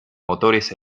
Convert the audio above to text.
motores